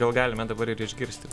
gal galime dabar ir išgirsti